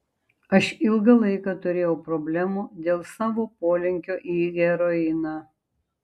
aš ilgą laiką turėjau problemų dėl savo polinkio į heroiną